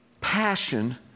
passion